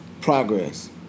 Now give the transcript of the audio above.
Progress